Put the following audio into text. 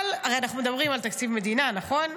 הרי אנחנו מדברים על תקציב מדינה, נכון?